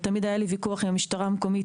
תמיד היה לי ויכוח עם המשטרה המקומית,